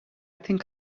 think